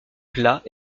plat